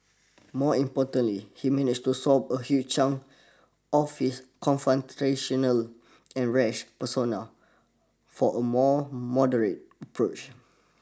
more importantly he managed to swap a huge chunk of his confrontational and rash persona for a more moderate approach